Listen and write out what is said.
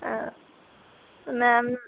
ma'am